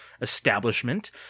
establishment